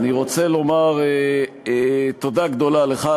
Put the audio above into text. אני רוצה לומר תודה גדולה לך,